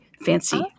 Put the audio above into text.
fancy